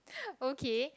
okay